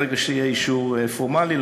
ברגע שיהיה אישור פורמלי,